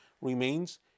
remains